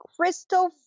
crystal